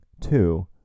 two